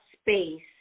space